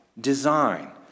design